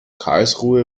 karlsruhe